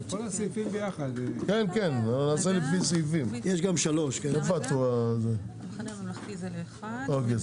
יש גם 3. אוקיי,